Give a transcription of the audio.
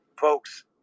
Folks